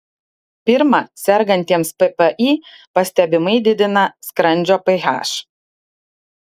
pirma sergantiems ppi pastebimai didina skrandžio ph